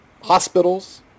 hospitals